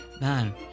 Man